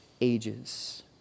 ages